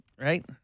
right